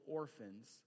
orphans